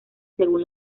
según